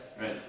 Right